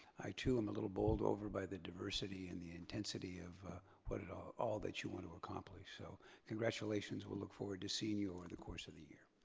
i, too, am a little bowled over by the diversity and the intensity of but all all that you want to accomplish so congratulations, we'll look forward to seeing you over the course of the year,